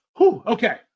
Okay